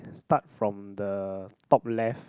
start from the top left